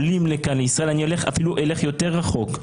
אני אלך אפילו יותר רחוק.